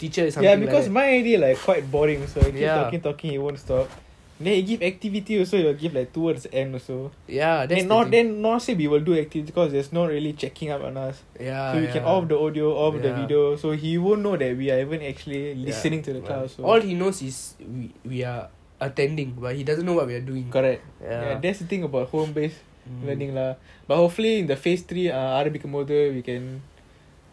ya because mine really like quite boring so ya he keep talking talking he won't stop then he give activity also he will give the towards the end also then not say we will do activities because he is not really checking up on us so you can off the audio of the video also he won't know that we haven't actually been listening to the class also correct that's the thing about home based learning lah but hopefully the phase three uh aarambikumbothu we can